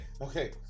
okay